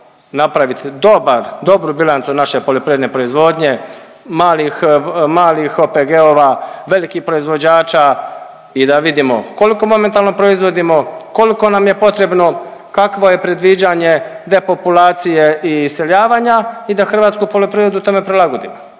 napraviti dobar, dobru bilancu naše poljoprivredne proizvodnje, malih, malih OPG-ova, velikih proizvođača i da vidimo koliko momentalno proizvodimo, koliko nam je potrebno, kakvo je predviđanje depopulacije i iseljavanja i da hrvatsku poljoprivredu tome prilagodimo.